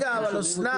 לא שומעים.